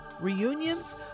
reunions